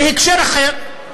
בהקשר אחר: